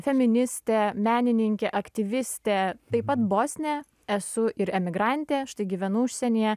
feministė menininkė aktyvistė taip pat bosnė esu ir emigrantė štai gyvenu užsienyje